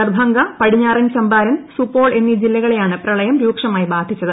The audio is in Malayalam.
ദർഭംഗ പടിഞ്ഞാരൻ ചമ്പാരൻ സുപോൾ എന്നീ ജില്ലകളെയാണ് പ്രളയം രൂക്ഷമായി ബാധിച്ചത്